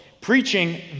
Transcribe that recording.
preaching